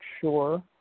sure